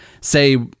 say